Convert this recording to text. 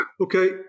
Okay